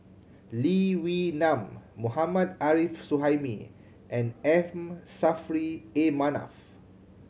Lee Wee Nam Mohammad Arif Suhaimi and M Saffri A Manaf